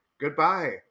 Goodbye